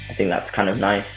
think that's kind of nice.